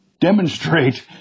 demonstrate